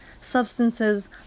substances